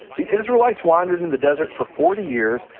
the israelites wandered in the desert for forty years,